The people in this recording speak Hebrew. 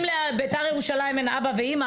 אם לבית"ר ירושלים אין אבא ואימא,